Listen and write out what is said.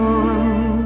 one